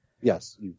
yes